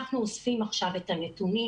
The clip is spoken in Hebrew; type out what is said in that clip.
אנחנו אוספים עכשיו את הנתונים.